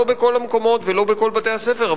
לא בכל המקומות ולא בכל בתי-הספר,